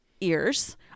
ears